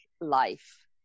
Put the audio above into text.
life